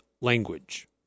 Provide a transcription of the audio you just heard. language